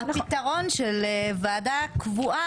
הפתרון של ועדה קבועה,